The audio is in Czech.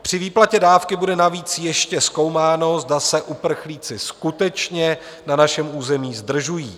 Při výplatě dávky bude navíc ještě zkoumáno, zda se uprchlíci skutečně na našem území zdržují.